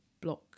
block